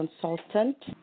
consultant